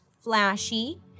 flashy